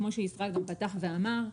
כמו שישראל פתח ואמר,